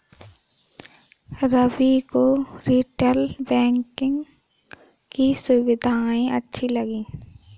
रवि को retail banking की सुविधाएं अच्छी लगी